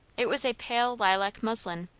it was a pale lilac muslin,